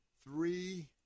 three